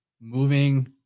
moving